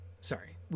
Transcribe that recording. Sorry